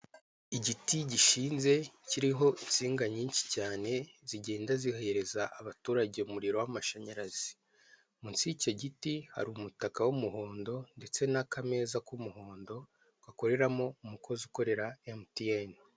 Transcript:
Igiti gishinze kiriho insinga nyinshi cyane zigenda zihereza abaturage umuriro w'amashanyarazi, munsi y'icyo giti hari umutaka w'umuhondo ndetse n'akameza k'umuhondo gakoreramo umukozi ukorera emutiyene.